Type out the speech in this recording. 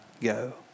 go